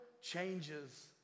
changes